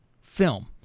film